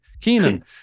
Keenan